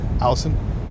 Allison